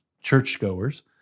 churchgoers